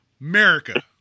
America